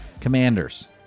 Commanders